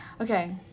okay